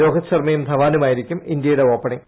രോഹിത് ശർമ്മയും ധവാനുമായിരിക്കും ഇന്ത്യയുടെ ഓപ്പണിംഗ്